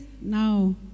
now